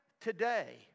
today